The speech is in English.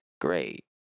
great